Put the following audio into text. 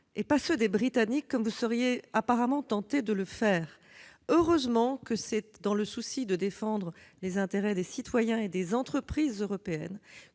et non ceux des Britanniques, comme vous êtes apparemment tenté de le faire ! Heureusement que, pour défendre les intérêts des citoyens et des entreprises européennes,